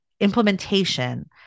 implementation